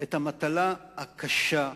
את המטלה הקשה.